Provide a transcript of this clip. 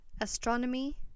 astronomy